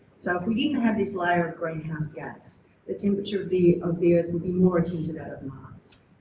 so if we didn't have this layer of greenhouse gas the temperature of the of the earth will be more akin to that of mars.